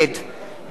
דליה איציק,